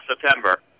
September